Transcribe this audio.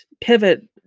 pivot